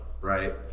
right